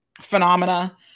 phenomena